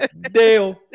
Dale